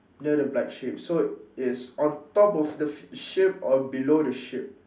near the black sheep so it's on top of the sheep or below the sheep